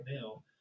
now